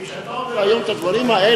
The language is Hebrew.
כי כשאתה אומר היום את הדברים האלה,